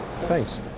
Thanks